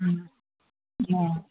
অঁ